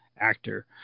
actor